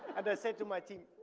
and i said to my team,